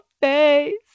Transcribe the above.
face